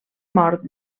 mort